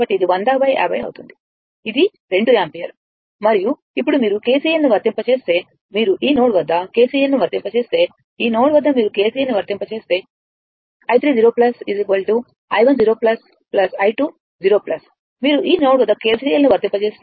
కాబట్టి ఇది 100 50 అవుతుంది అది 2 యాంపియర్ మరియు ఇప్పుడు మీరు KCL ను వర్తింప చేస్తే మీరు ఈ నోడ్ వద్ద KCL ను వర్తింప చేస్తే ఈ నోడ్ వద్ద మీరు KCL ను వర్తింప చేస్తే i30 i10 i20 మీరు ఈ నోడ్ వద్ద KCL ను వర్తింప చేస్తే